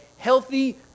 healthy